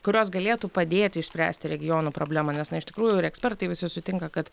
kurios galėtų padėti išspręsti regionų problemą nes na iš tikrųjų ir ekspertai visi sutinka kad